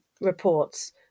reports